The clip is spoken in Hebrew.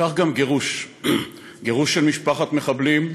כך גם גירוש, גירוש של משפחת מחבלים,